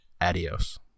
Adios